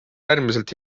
äärmiselt